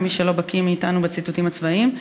למי מאתנו שלא בקי בציטוטים הצבאיים,